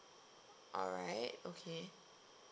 alright okay